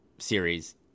series